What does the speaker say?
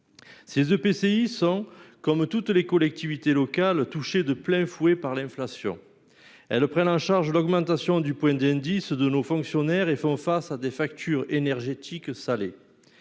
(EPCI) sont, comme toutes les collectivités locales, touchés de plein fouet par l'inflation. Ils prennent en charge l'augmentation du point d'indice de nos fonctionnaires et font face à des factures énergétiques salées.